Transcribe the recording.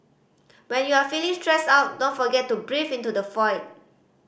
when you are feeling stressed out don't forget to breathe into the